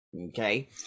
okay